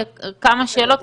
כמה שאלות,